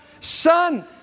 Son